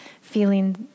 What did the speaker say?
feeling